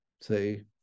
say